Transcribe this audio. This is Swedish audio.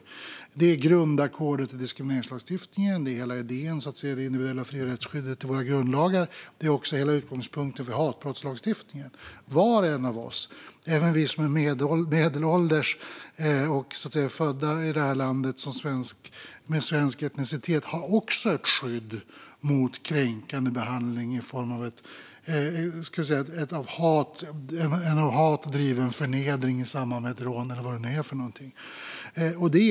Detta är som sagt grundackordet i diskrimineringslagstiftningen och hela idén i det individuella fri och rättighetsskyddet i våra grundlagar. Det är också hela utgångspunkten för hatbrottslagstiftningen. Var och en av oss, även vi som är medelålders och födda i landet med svensk etnicitet, har ett skydd mot kränkande behandling i form av en av hat driven förnedring i samband med ett rån eller annat.